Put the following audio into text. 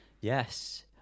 Yes